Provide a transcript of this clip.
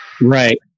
Right